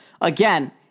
again